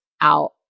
out